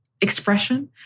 expression